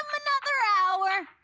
another hour.